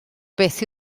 beth